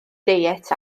diet